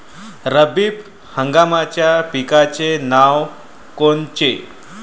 रब्बी हंगामाच्या पिकाचे नावं कोनचे?